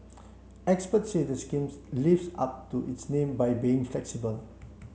experts said the scheme lives up to its name by being flexible